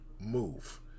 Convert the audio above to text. move